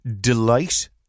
Delight